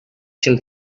shall